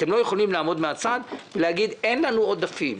אתם לא יכולים לעמוד מן הצד ולהגיד: אין לנו עודפים.